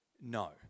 No